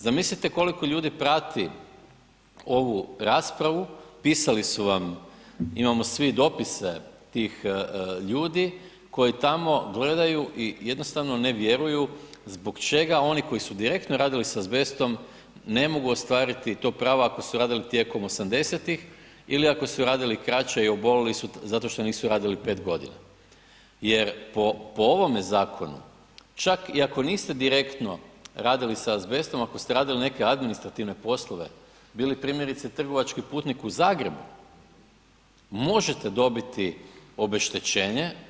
Zamislite koliko ljudi prati ovu raspravu, pisali su vam, imamo svi dopise tih ljudi koji tamo gledaju i jednostavno ne vjeruju zbog čega oni koji su direktno radili s azbestom ne mogu ostvariti to pravo ako su radili tijekom 80-ih ili ako su radili kraće i obolili su zato što nisu radili 5 godina jer po ovome zakonu, čak i ako niste direktno radili sa azbestom, ako ste radili neke administrativne poslove, bili primjerice trgovački putnik u Zagrebu, možete dobiti obeštećenje.